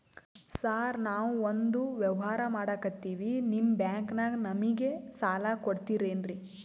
Sir ನಾವು ಒಂದು ವ್ಯವಹಾರ ಮಾಡಕ್ತಿವಿ ನಿಮ್ಮ ಬ್ಯಾಂಕನಾಗ ನಮಿಗೆ ಸಾಲ ಕೊಡ್ತಿರೇನ್ರಿ?